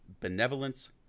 benevolence